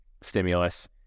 stimulus